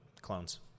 clones